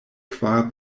kvar